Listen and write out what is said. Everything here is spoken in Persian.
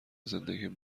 زندگیم